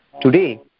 today